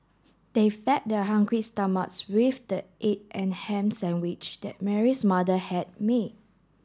they fed their hungry stomachs with the egg and ham sandwich that Mary's mother had made